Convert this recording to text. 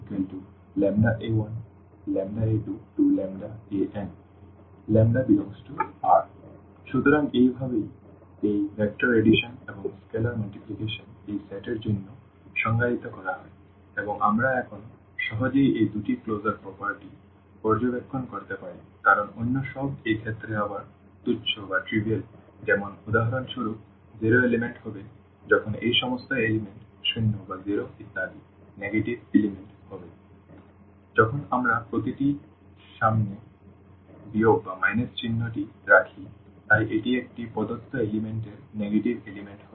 a1a2ana1a2an R সুতরাং এই ভাবে এই ভেক্টর এডিশন এবং স্কেলার মাল্টিপ্লিকেশন এই সেট এর জন্য সংজ্ঞায়িত করা হয় এবং আমরা এখন সহজেই এই দুটি ক্লোজার প্রপার্টি পর্যবেক্ষণ করতে পারি কারণ অন্য সব এই ক্ষেত্রে আবার তুচ্ছ যেমন উদাহরণস্বরূপ শূন্য উপাদান হবে যখন এই সমস্ত উপাদান শূন্য ইত্যাদি নেগেটিভ উপাদান হবে যখন আমরা প্রতিটির সামনে বিয়োগ চিহ্নটি রাখি তাই এটি একটি প্রদত্ত উপাদান এর নেগেটিভ উপাদান হবে